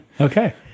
Okay